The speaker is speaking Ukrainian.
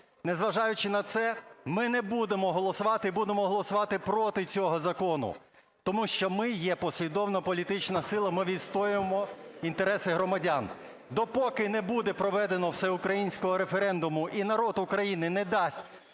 незважаючи на це, ми не будемо голосувати і будемо голосувати проти цього закону, тому що ми є послідовна політична сила, ми відстоюємо інтереси громадян. Допоки не буде проведено всеукраїнського референдуму і народ України не дасть